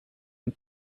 and